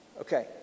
Okay